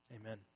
Amen